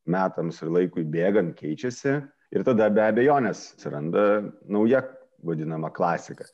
metams ir laikui bėgant keičiasi ir tada be abejonės atsiranda nauja vadinama klasika